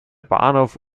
bahnhof